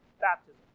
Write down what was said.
baptism